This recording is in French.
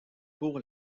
pour